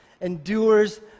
endures